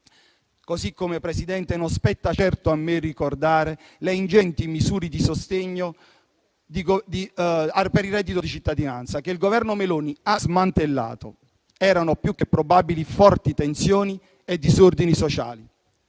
modo, Presidente, non spetta certo a me ricordare le ingenti misure di sostegno per il reddito di cittadinanza, che il Governo Meloni ha smantellato. Erano più che probabili forti tensioni e disordini sociali.